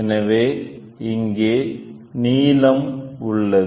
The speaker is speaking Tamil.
எனவே இங்கே நீளம் உள்ளது